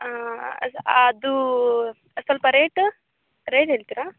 ಅದು ಅದು ಅದು ಸ್ವಲ್ಪ ರೇಟ ರೇಟ್ ಹೇಳ್ತೀರಾ